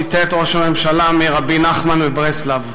ציטט ראש הממשלה מרבי נחמן מברסלב,